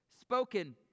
spoken